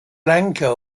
lanka